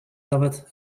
nawet